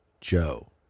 Joe